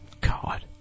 god